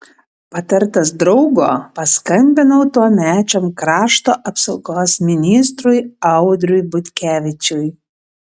patartas draugo paskambinau tuomečiam krašto apsaugos ministrui audriui butkevičiui